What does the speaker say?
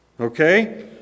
Okay